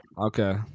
Okay